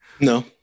No